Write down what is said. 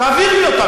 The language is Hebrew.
תעביר לי אותם,